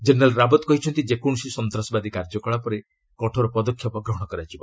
general Rawat କହିଛନ୍ତି ଯେକୌଣସି ସନ୍ତାସବାଦୀ କାର୍ଯ୍ୟକଳାପରେ କଠୋର ପଦକ୍ଷେପ ଗ୍ରହଣ କରାଯିବ